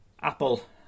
Apple